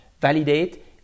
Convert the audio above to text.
validate